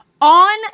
on